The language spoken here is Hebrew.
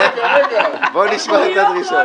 בוא נשמע את הדרישות.